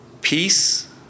peace